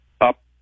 up